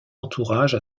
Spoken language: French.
entourage